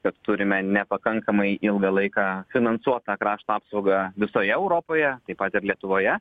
kad turime nepakankamai ilgą laiką finansuotą krašto apsaugą visoje europoje taip pat ir lietuvoje